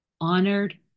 honored